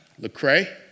Lecrae